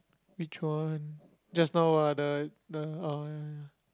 which one just now ah the the ah ya ya ya